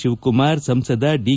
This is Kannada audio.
ಶಿವಕುಮಾರ್ ಸಂಸದ ದಿ